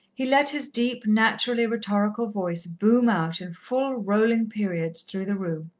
he let his deep, naturally rhetorical voice boom out in full, rolling periods through the room.